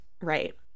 Right